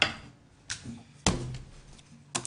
הישיבה